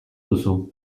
duzu